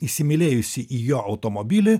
įsimylėjusi į jo automobilį